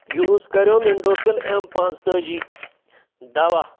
یِہُس کَریوٚم اِنٛڈوفِل ایٚم پانٛژتٲجی دوا